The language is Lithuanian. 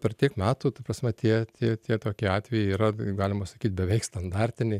per tiek metų ta prasme tie tie tie tokie atvejai yra galima sakyt beveik standartiniai